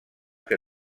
que